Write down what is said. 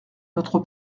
notre